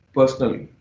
personally